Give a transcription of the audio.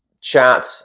chat